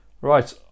right